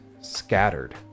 scattered